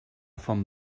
font